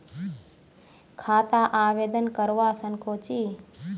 खाता आवेदन करवा संकोची?